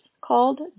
called